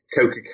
Coca